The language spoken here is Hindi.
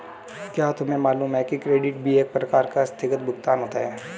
क्या तुम्हें मालूम है कि क्रेडिट भी एक प्रकार का आस्थगित भुगतान होता है?